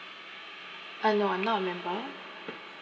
uh no I'm not a member